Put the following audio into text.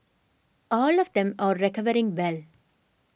all of them are recovering well